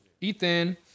Ethan